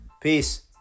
Peace